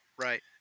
Right